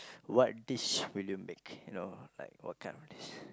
what dish would you make you know like what kind of dish